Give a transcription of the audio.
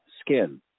skin